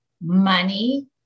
money